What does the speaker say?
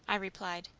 i replied.